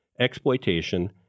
exploitation